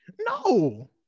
No